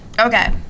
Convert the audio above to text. Okay